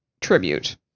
tribute